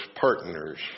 partners